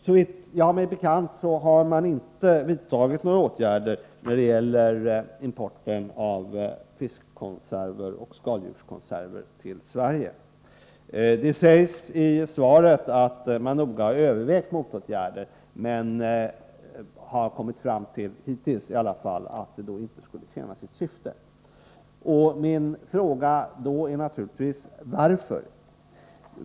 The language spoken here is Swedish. Såvitt jag har mig bekant har inte regeringen vidtagit några åtgärder när det gäller importen till Sverige av fiskkonserver och skaldjurskonserver. Det sägs i svaret att regeringen noga har övervägt motåtgärder men, i alla fall hittills, kommit fram till att de inte skulle tjäna sitt syfte. Min fråga blir naturligtvis: Varför?